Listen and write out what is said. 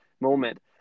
moment